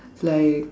like